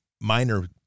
minor